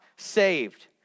saved